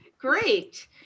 great